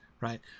right